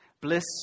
Bliss